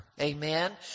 Amen